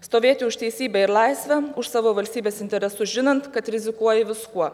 stovėti už teisybę ir laisvę už savo valstybės interesus žinant kad rizikuoji viskuo